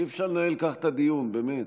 אי-אפשר לנהל כך את הדיון, באמת.